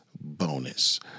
bonus